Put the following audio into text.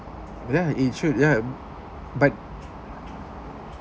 yeah it should yeah but